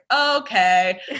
okay